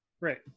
right